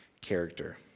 character